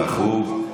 בחו"ב,